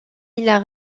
îles